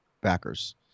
backers